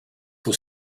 for